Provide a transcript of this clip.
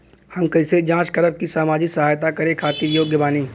हम कइसे जांच करब की सामाजिक सहायता करे खातिर योग्य बानी?